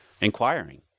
inquiring